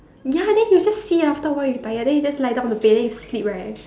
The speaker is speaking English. ya then you just see after a while you tired then you just lie down on the bed then you sleep right